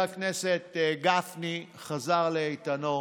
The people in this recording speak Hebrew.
חבר הכנסת גפני חזר לאיתנו,